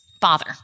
bother